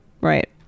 right